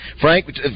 Frank